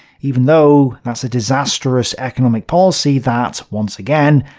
even though that's a disastrous economic policy that, once again,